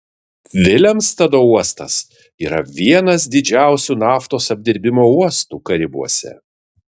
vilemstado uostas yra vienas didžiausių naftos apdirbimo uostų karibuose